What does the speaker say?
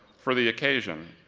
for the occasion,